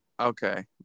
Okay